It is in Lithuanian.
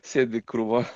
sėdi krūva